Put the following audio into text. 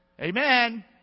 Amen